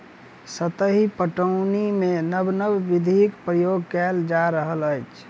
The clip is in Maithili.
सतही पटौनीमे नब नब विधिक प्रयोग कएल जा रहल अछि